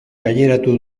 gaineratu